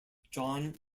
john